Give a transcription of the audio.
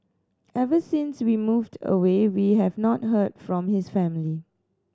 ever since we moved away we have not heard from his family